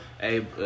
Hey